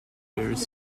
bears